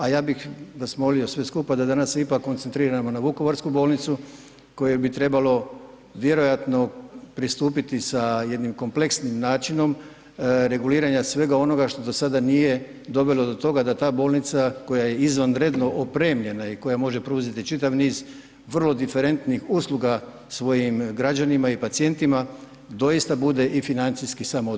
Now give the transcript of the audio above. A ja bih vas molio sve skupa da danas ipak se koncentriramo na Vukovarsku bolnicu kojoj bi trebalo vjerojatno pristupiti sa jednim kompleksnim načinom reguliranja svega onoga što do sada nije dovelo do toga da ta bolnica koja je izvanredno opremljena i koja može pružiti čitav niz vrlo diferentnih usluga svojim građanima i pacijentima doista bude i financijski samoodrživa.